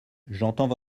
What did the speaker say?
j’entends